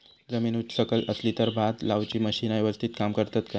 जमीन उच सकल असली तर भात लाऊची मशीना यवस्तीत काम करतत काय?